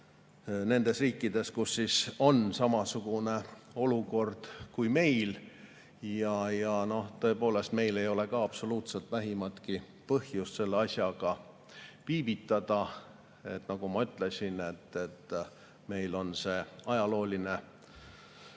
nendes riikides, kus on samasugune olukord kui meil. Ja tõepoolest, meil ei ole ka absoluutselt vähimatki põhjust selle asjaga viivitada. Nagu ma ütlesin, et meil on see ajalooline